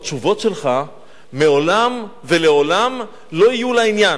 התשובות שלך מעולם ולעולם לא יהיו לעניין.